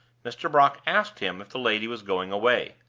mr. brock asked him if the lady was going away.